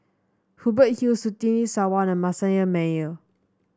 Hubert Hill Surtini Sarwan and Manasseh Meyer